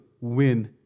win